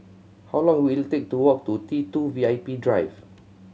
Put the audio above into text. how long will it take to walk to T Two V I P Drive